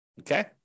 okay